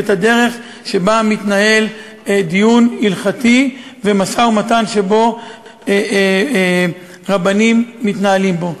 את הדרך שבה מתנהל דיון הלכתי ומשא-ומתן שרבנים מתנהלים בו.